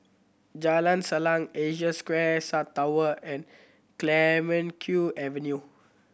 Jalan Salang Asia Square South Tower and Clemenceau Avenue